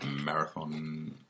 marathon